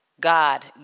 God